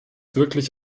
wirklich